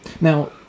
now